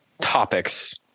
topics